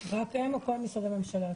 רק הם או כל משרדי הממשלה?